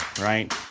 right